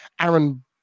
Aaron